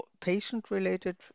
patient-related